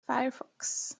firefox